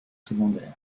secondaire